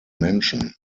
menschen